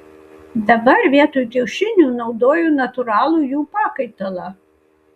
dabar vietoj kiaušinių naudoju natūralų jų pakaitalą